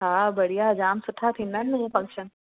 हा बढ़िया जामु सुठा थींदा आहिनि न इहे फंक्शन